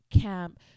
camp